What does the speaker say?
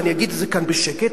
ואני אגיד את זה כאן בשקט,